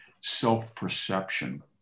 self-perception